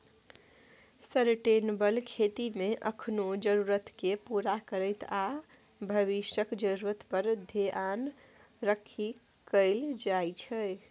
sustainable खेतीमे एखनुक जरुरतकेँ पुरा करैत आ भबिसक जरुरत पर धेआन राखि कएल जाइ छै